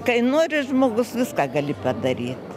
kai nori žmogus viską gali padaryt